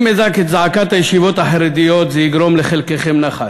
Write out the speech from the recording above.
אם אזעק את זעקת הישיבות החרדיות זה יגרום לחלקכם נחת,